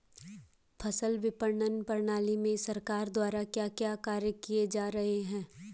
फसल विपणन प्रणाली में सरकार द्वारा क्या क्या कार्य किए जा रहे हैं?